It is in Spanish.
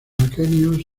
aquenios